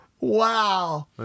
Wow